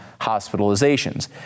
hospitalizations